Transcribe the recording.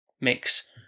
mix